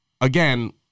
Again